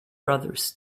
brothers